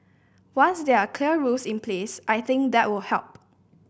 once there are clear rules in place I think that will help